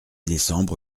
décembre